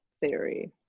Theory